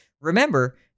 remember